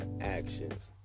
actions